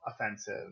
offensive